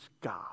God